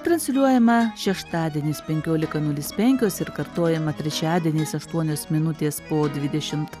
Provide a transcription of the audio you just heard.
transliuojama šeštadieniais penkiolika nulis penkios ir kartojama trečiadieniais aštuonios minutės po dvidešimt